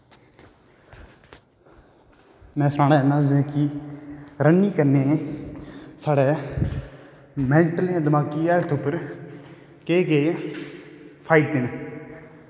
में सनान्ना तुसें कि रनिंग करने साढ़े मैंटल जां दमाकी हालत केह् केह् फायदे न